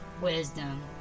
wisdom